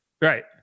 right